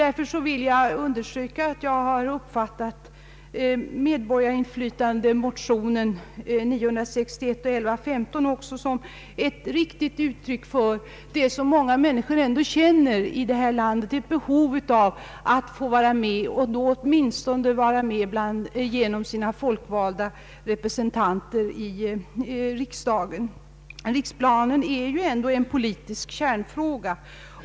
Min uppfattning är den att motionerna nr I: 961 och II: 1115 på ett riktigt sätt uttrycker det behov många människor i det här landet känner att få vara med, åtminstone genom sina valda representanter i riksdagen. Riksplanen är en politisk kärnfråga.